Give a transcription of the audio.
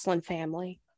family